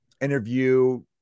interview